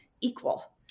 equal